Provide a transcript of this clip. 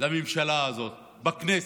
לממשלה הזאת בכנסת,